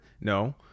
No